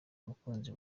umukunzi